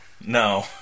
No